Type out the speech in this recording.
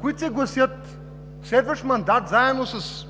които се гласят в следващ мандат заедно с